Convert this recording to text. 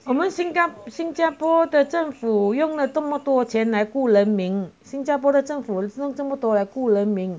我们 singapore 新加坡的政府用了这么多钱来顾人明新加坡的政府弄这么多来顾人明